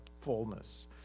fullness